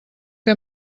què